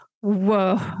Whoa